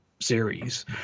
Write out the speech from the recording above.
series